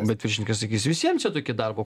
bet viršininkas sakys visiems čia tokie darbo